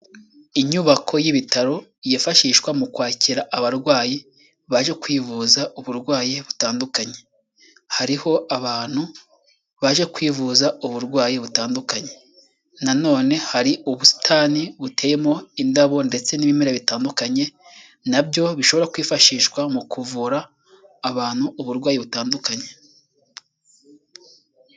Inyubako y'ibitaro yifashishwa mu kwakira abarwayi baje kwivuza uburwayi butandukanye, hariho abantu baje kwivuza uburwayi butandukanye, nanone hari ubusitani buteyemo indabo ndetse n'ibimera bitandukanye, nabyo bishobora kwifashishwa mu kuvura abantu uburwayi butandukanye.